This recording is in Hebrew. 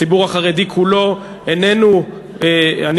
הציבור החרדי כולו איננו מסכים,